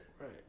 Right